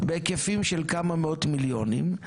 בהיקפים של כמה מאות מיליונים.